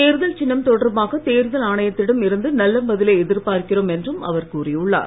தேர்தல் சின்னம் தொடர்பாக தேர்தல் ஆணையத்திடம் இருந்து நல்ல பதிலை எதிர்பார்க்கிரோம் என்றும் அவர் கூறியுள்ளார்